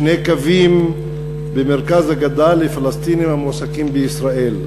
שני קווים במרכז הגדה לפלסטינים המועסקים בישראל,